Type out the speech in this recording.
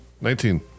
Nineteen